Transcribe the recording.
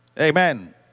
Amen